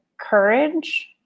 courage